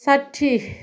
साठी